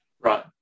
Right